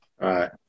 right